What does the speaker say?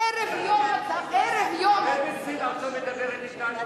ערב יום העצמאות, עכשיו מדברת אתנו.